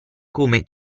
come